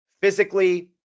physically